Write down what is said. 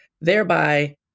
thereby